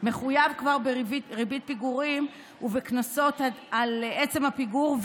מחויב כבר בריבית פיגורים ובקנסות על עצם הפיגור,